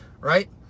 right